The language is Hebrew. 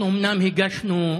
אנחנו אומנם הגשנו,